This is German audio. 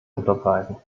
unterbreiten